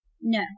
No